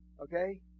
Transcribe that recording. Okay